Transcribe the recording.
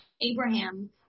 Abraham